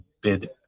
bid